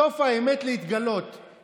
סוף האמת להתגלות,